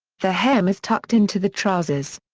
the hem is tucked into the trousers.